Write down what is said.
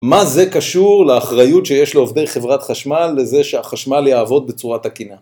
מה זה קשור לאחריות שיש לעובדי חברת חשמל לזה שהחשמל יעבוד בצורה תקינה?